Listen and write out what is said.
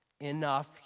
enough